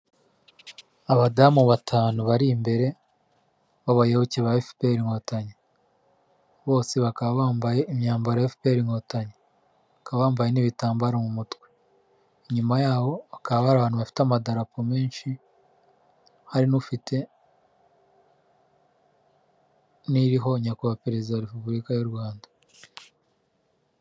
Abadamu batanu bari imbere b'abayoboke ba efuperi inkotanyi, bose bakaba bambaye imyambaro efuperi inkotanyi, bakaba bambaye n'ibitambaro mu mutwe, inyuma yaho hakaba hari ahantu bafite amadarapo menshi hari n'ufite n'iririho nyakubawa perezida wa repubulika y'u Rwanda.